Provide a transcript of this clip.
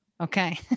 Okay